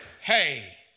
Hey